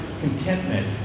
contentment